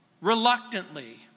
reluctantly